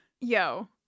yo